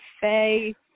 Faye